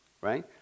right